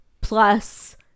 Plus